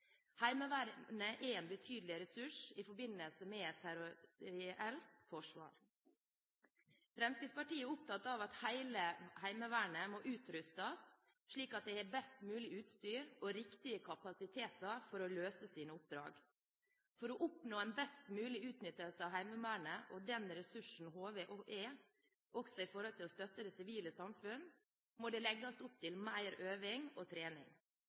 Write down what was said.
Heimevernet er en betydelig ressurs i forbindelse med territorielt forsvar. Fremskrittspartiet er opptatt av at hele Heimevernet må utrustes, slik at det har best mulig utstyr og riktige kapasiteter for å løse sine oppdrag. For å oppnå en best mulig utnyttelse av Heimevernet og den ressursen som HV er, også når det gjelder å støtte det sivile samfunnet, må det legges opp til mer øving og trening.